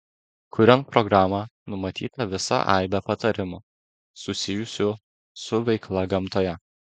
kuriant programą numatyta visa aibė patarimų susijusių su veikla gamtoje